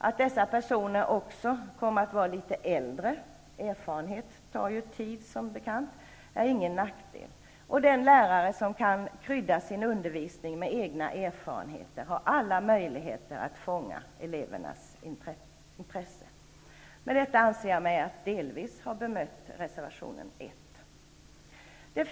Att dessa personer också kommer att vara litet äldre -- erfarenhet tar ju som bekant tid att uppnå -- är ingen nackdel. Den lärare som kan krydda sin undervisning med egna erfarenheter har alla möjligheter att fånga elevernas intresse. Med detta anser jag mig delvis ha bemött reservation 1.